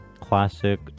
classic